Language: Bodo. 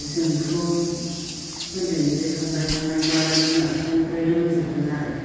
जोंथ' उन्दैनिफ्रायनो संनाय खावनायखौ आरो बिमा बिफानिफ्राय रोंजोबदों आरो